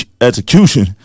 execution